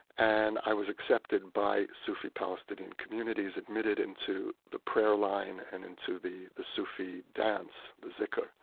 and i was accepted by sufi palestinian communities, admitted into the prayer line and into the the sufi dance, the zikr.